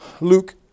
Luke